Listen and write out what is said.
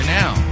now